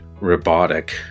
robotic